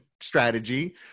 strategy